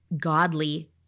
godly